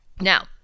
Now